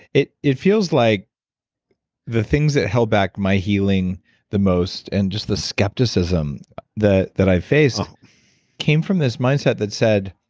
it it feels like the things that held back my healing the most and just the skepticism that that i've faced came from this mindset that said,